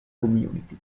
community